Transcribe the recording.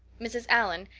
mrs. allan,